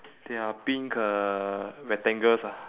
there are pink uh rectangles ah